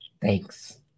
Thanks